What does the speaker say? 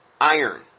iron